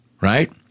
Right